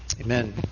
Amen